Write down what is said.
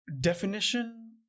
definition